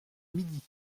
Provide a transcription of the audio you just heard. midi